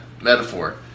metaphor